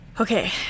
Okay